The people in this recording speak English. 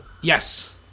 Yes